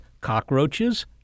cockroaches